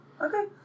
Okay